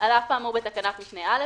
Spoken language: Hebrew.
(ב)על אף האמור בתקנת משנה (א),